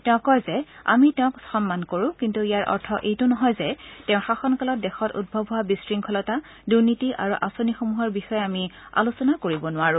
তেওঁ কয় যে আমি তেখেতক সন্মান কৰো কিন্তু ইয়াৰ অৰ্থ এইটো নহয় যে তেওঁৰ শাসনকালত দেশত উদ্ভৱ হোৱা বিশংখলতা দুৰ্নীতি আৰু আঁচনিসমূহৰ বিষয়ে আমি আলোচনা কৰিব নোৱাৰো